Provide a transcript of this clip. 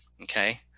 Okay